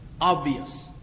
obvious